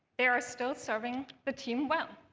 they are still serving the team well.